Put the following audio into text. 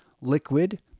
liquid